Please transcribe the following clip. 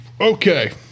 Okay